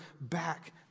back